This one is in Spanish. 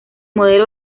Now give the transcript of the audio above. modelo